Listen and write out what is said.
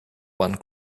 one